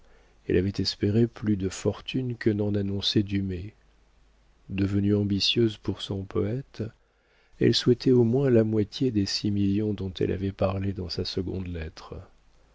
elle avait espéré plus de fortune que n'en annonçait dumay devenue ambitieuse pour son poëte elle souhaitait au moins la moitié des six millions dont elle avait parlé dans sa seconde lettre